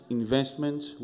investments